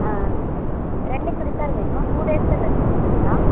ஆ ஆ ரெண்டு சுடிதார் வேணும் டூ டேஸில் தைச்சி தந்துடுவீங்களா